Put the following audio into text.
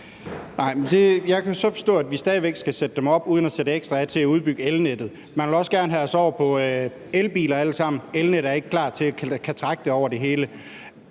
jeg kan så forstå, at vi stadig væk skal sætte dem op uden at sætte ekstra af til at udbygge elnettet. Man vil også gerne have os over i elbiler alle sammen, men elnettet er ikke klar til at kunne trække det over det hele.